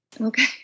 okay